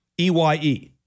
E-Y-E